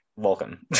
welcome